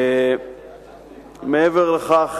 מעבר לכך,